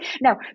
Now